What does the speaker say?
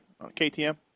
KTM